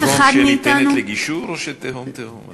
תהום שניתנת לגישור או תהום תהום?